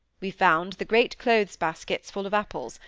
we found the great clothes-baskets full of apples,